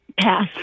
Pass